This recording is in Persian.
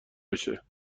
بشه